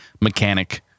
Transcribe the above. mechanic